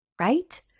right